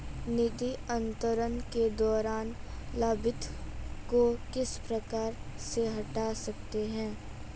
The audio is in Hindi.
निधि अंतरण के दौरान लाभार्थी को किस प्रकार से हटा सकते हैं?